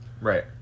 Right